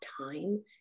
time